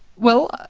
well,